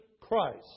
Christ